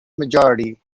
majority